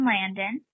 Landon